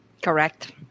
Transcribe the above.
Correct